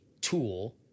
tool